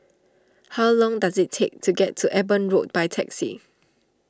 how long does it take to get to Eben Road by taxi